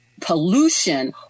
pollution